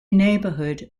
neighborhood